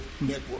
Network